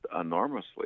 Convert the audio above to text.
enormously